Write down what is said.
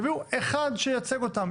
יביאו אחד שייצג אותם.